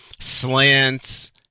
slants